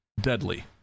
deadly